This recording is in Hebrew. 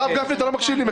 הרב גפני, אתה לא מקשיב לי.